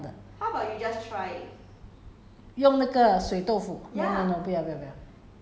不要 s~ silken silken 是是煮汤 steam 还是什么的不一样的